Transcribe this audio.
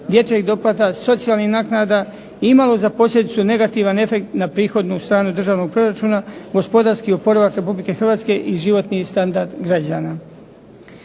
dječjeg doplatka, socijalnih naknada imalo za posljedicu negativan efekt na prihodnu stranu državnog proračuna, gospodarski oporavak Republike Hrvatske i životni standard građana.